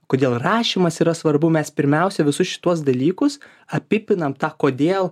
kodėl rašymas yra svarbu mes pirmiausia visus šituos dalykus apipinam tą kodėl